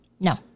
No